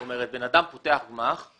זאת אומרת, בן אדם פותח גמ"ח